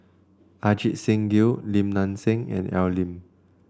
Ajit Singh Gill Lim Nang Seng and Al Lim